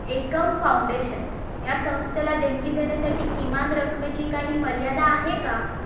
एकम foundation या संस्थेला देणगी देण्यासाठी किमान रकमेची काही मर्यादा आहे का